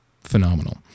phenomenal